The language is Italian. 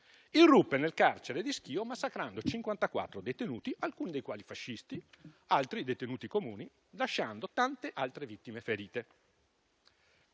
irruppe nel carcere di Schio, massacrando 54 detenuti, alcuni dei quali fascisti, altri detenuti comuni, lasciando tante altre vittime ferite.